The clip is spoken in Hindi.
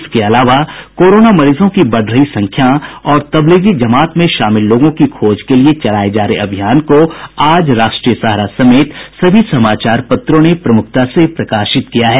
इसके अलावा कोरोना मरीजों की बढ़ रही संख्या और तबलीगी जमात में शामिल लोगों की खोज के लिये चलाये जा रहे अभियान को आज राष्ट्रीय सहारा समेत सभी समाचार पत्रों ने प्रमुखता से प्रकाशित किया है